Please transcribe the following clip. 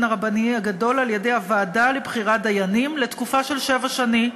הרבני הגדול על-ידי הוועדה לבחירת דיינים לתקופה של שבע שנים,